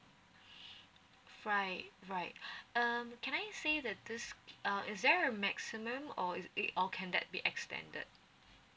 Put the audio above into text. right right um can I say that this uh is there a maximum or is or or can that be extended